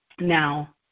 Now